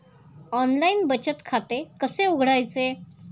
Online बचत खाते कसे उघडायचे?